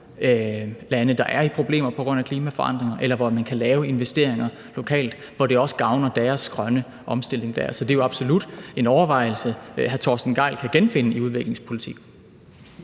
lande, der har problemer på grund af klimaforandringer, eller hvor vi kan lave investeringer lokalt, så det også gavner deres grønne omstilling der. Så det er jo absolut en overvejelse, hr. Torsten Gejl kan genfinde i udviklingspolitikken.